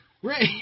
Ray